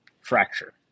fracture